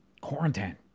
Quarantine